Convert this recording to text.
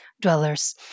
dwellers